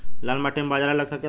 लाल माटी मे बाजरा लग सकेला?